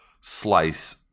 slice